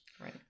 Right